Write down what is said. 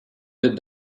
did